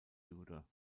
tudor